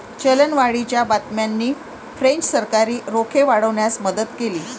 चलनवाढीच्या बातम्यांनी फ्रेंच सरकारी रोखे वाढवण्यास मदत केली